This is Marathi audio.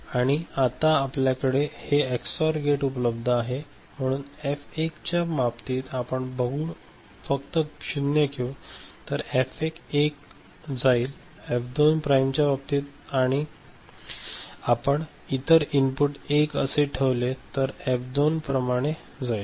आणि आता आपल्याकडे हे एक्सओआर गेट उपलब्ध आहे म्हणून एफ 1 च्या बाबतीत आपण फक्त 0 घेऊ तर ते एफ 1 असे जाईल आणि एफ 2 प्राइमच्या बाबतीत आपण इतर इनपुट 1 असे ठेवले तर ते एफ 2 प्रमाणे जाईल